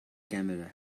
camera